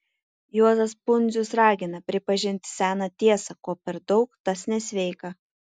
juozas pundzius ragina pripažinti seną tiesą ko per daug tas nesveika